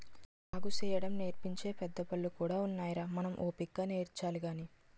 సాగుసేయడం నేర్పించే పెద్దబళ్ళు కూడా ఉన్నాయిరా మనం ఓపిగ్గా నేర్చాలి గాని